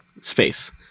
space